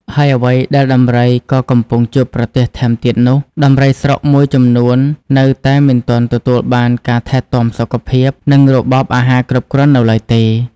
ហើយអ្វីដែលដំរីក៏កំពុងជួបប្រទះថែមទៀតនោះ ដំរីស្រុកមួយចំនួននៅតែមិនទាន់ទទួលបានការថែទាំសុខភាព និងរបបអាហារគ្រប់គ្រាន់នៅឡើយទេ។